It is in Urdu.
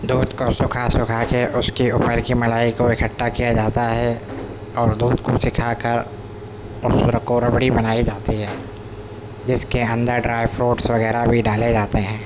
دودھ کو سکھا سکھا کے اس کے اوپر کی ملائی کو اکٹھا کیا جاتا ہے اور دودھ کو سکھا کر اس کو ربڑی بنائی جاتی ہے جس کے اندر ڈرائی فروٹس وغیرہ بھی ڈالے جاتے ہیں